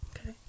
Okay